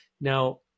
now